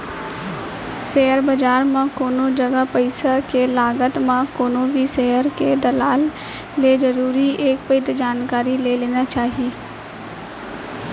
share बजार म कोनो जगा पइसा के लगात म कोनो भी सेयर के दलाल ले जरुर एक पइत जानकारी ले लेना चाही